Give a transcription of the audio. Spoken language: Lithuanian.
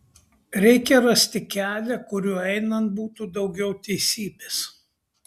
reikia rasti kelią kuriuo einant būtų daugiau teisybės